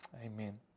Amen